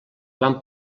van